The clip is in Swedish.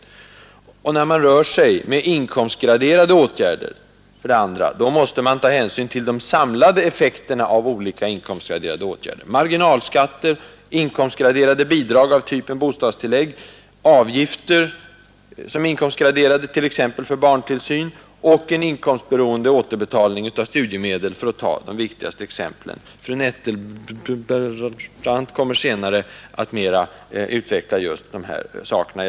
Och för det andra: När man rör sig med inkomstgraderade åtgärder, då måste man ta hänsyn till de samlade effekterna av olika inkomstgraderade åtgärder — marginalskatter, inkomstgraderade bidrag av typen bostadstillägg, avgifter som är inkomstgraderade, för barntillsyn bl.a., och en inkomstberoende återbetalning av studiemedel, för att ta de viktigaste exemplen. Fru Nettelbrandt kommer senare att mera utveckla just de här sakerna.